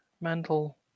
mental